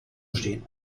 stehen